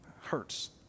Hurts